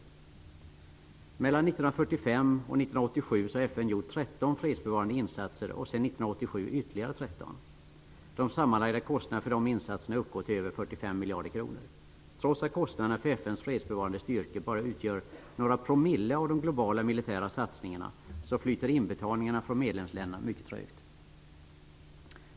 Mellan 1945 och 1987 har FN gjort 13 fredsbevarande insatser och efter 1987 ytterligare 13. De sammanlagda kostnaderna för de insatserna uppgår till över 45 miljarder kronor. Trots att kostnaderna för FN:s fredsbevarande styrkor bara utgör några promille av globala militära satsningarna flyter inbetalningarna från medlemsländerna mycket trögt.